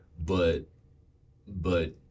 but—but—